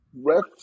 refs